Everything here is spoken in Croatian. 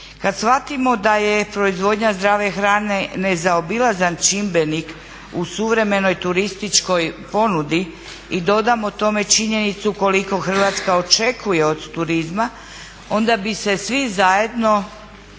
Kada shvatimo da je proizvodnja zdrave hrane nezaobilazan čimbenik u suvremenoj turističkoj ponudi i dodamo tome činjenicu koliko Hrvatska očekuje od turizma onda bi se svi zajedno